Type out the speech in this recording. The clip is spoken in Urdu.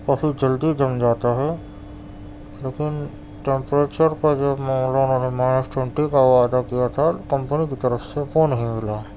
کافی جلدی جم جاتا ہے لیکن ٹیمپریچر کا جو معاملہ یعنی مائنس ٹونٹی کا وعدہ کیا تھا کمپنی کی طرف سے وہ نہیں ملا ہے